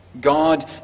God